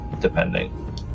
depending